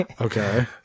okay